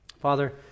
Father